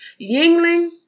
Yingling